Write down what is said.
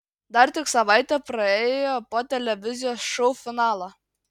dar tik savaitė praėjo po televizijos šou finalo